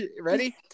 ready